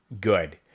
good